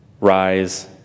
rise